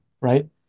right